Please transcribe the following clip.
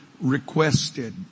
requested